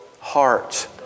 heart